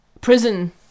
prison